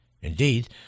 Indeed